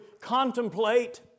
contemplate